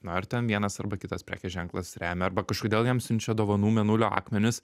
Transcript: na ar ten vienas arba kitas prekės ženklas remia arba kažkodėl jam siunčia dovanų mėnulio akmenis